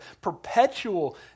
perpetual